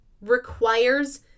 requires